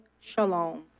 Shalom